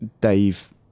Dave